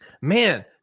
man